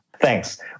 Thanks